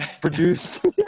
produced